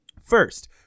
First